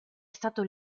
stato